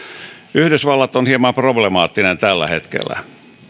yhdysvallat on hieman problemaattinen tällä hetkellä